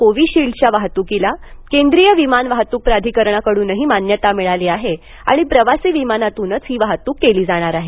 कोविशील्डच्या वाहतुकीला केंद्रीय विमान वाहतूक प्राधिकरणाकडूनही मान्यता मिळाली आहे आणि प्रवासी विमानातूनच ही वाहतूक केली जाणार आहे